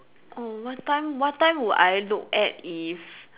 err what time what time would I look at if